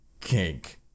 kink